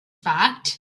fact